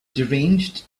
deranged